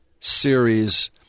Series